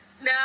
No